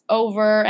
over